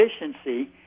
efficiency